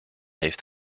heeft